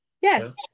Yes